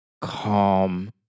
calm